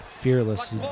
fearless